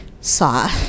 saw